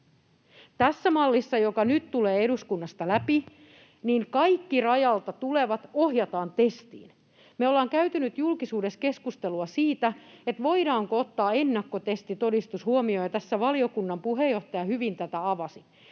Tässä mallissa, joka nyt tulee eduskunnasta läpi, kaikki rajalta tulevat ohjataan testiin. Me ollaan käyty nyt julkisuudessa keskustelua siitä, voidaanko ottaa ennakkotestitodistus huomioon, ja tässä valiokunnan puheenjohtaja hyvin tätä avasi.